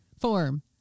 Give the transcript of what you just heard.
form